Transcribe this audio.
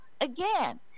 again